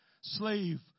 slave